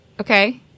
Okay